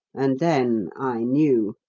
and then i knew.